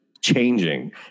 changing